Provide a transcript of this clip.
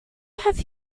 have